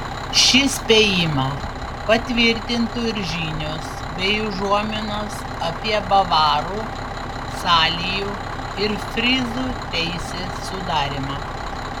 šį spėjimą patvirtintų ir žinios bei užuominos apie bavarų salijų ir fryzų teisės sudarymą